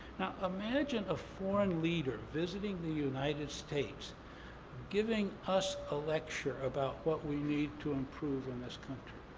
imagine a foreign leader visiting the united states giving us a lecture about what we need to improve in this country.